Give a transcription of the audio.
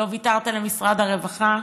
לא ויתרת למשרד הרווחה,